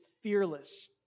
fearless